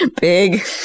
big